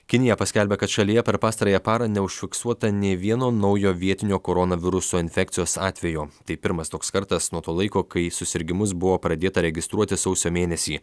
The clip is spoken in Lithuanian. kinija paskelbė kad šalyje per pastarąją parą neužfiksuota nei vieno naujo vietinio koronaviruso infekcijos atvejo tai pirmas toks kartas nuo to laiko kai susirgimus buvo pradėta registruoti sausio mėnesį